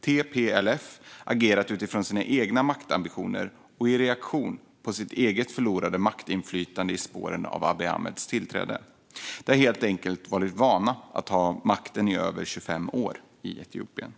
TPLF, har agerat utifrån sina egna maktambitioner och i reaktion på sitt eget förlorade maktinflytande i spåren av Abiy Ahmeds tillträde. De har helt enkelt varit vana att i över 25 år ha makten i Etiopien.